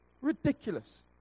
Ridiculous